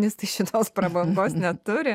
nes tai šitos prabangos neturi